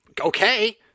Okay